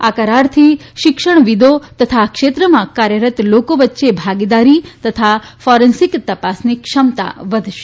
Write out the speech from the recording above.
આ કરારથી શિક્ષણ વિશે તથા આ ક્ષેત્રમાં કાર્યરત લોકો વચ્ચે ભાગીદારી તથા ફોરેન્સિક તપાસની ક્ષમતા વધશે